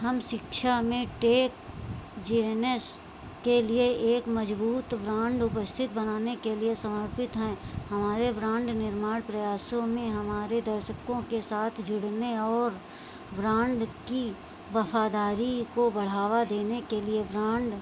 हम शिक्षा में टेकजेनस के लिए एक मज़बूत बांड उपस्थित बनाने के लिए समर्पित है हमारे ब्रांड निर्माण के प्रयासों में हमारे दर्शकों के साथ जुड़ने और ब्रांड की वफादारी को बढ़ावा देने के लिए ब्रांड